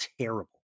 terrible